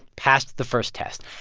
passed the first test.